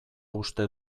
uste